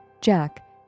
Jack